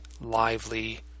lively